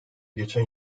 geçen